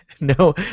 no